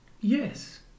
yes